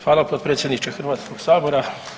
Hvala potpredsjedniče Hrvatskoga sabora.